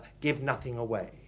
give-nothing-away